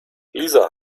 lisa